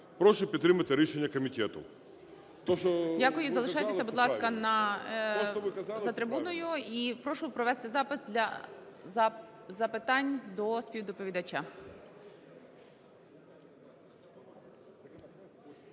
Прошу підтримати рішення комітету. ГОЛОВУЮЧИЙ. Дякую. Залишайтеся, будь ласка, за трибуною. І прошу провести запис для запитань до співдоповідача.